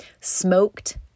smoked